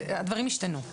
הדברים השתנו.